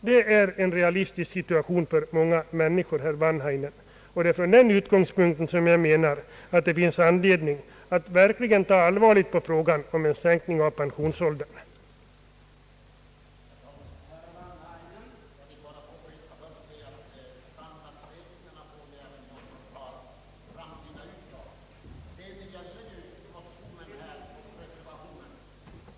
Detta är en realistisk situation för många människor, herr Wanhainen. Det är från den utgångspunkten som jag menar att det finns anledning att verkligen ta frågan om en sänkning av pensionsåldern under allvarligt övervägande.